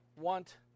want